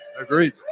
agreed